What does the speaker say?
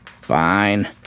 Fine